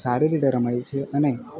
સારી રીતે રમાય છે અને